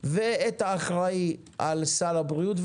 ואת האחראי על סל הבריאות,